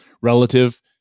relative